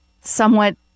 somewhat